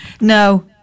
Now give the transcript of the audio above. No